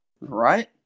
right